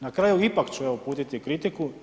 Na kraju, ipak ću evo, uputiti kritiku.